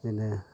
बिदिनो